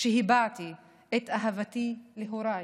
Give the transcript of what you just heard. שבה הבעתי את אהבתי להוריי,